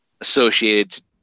associated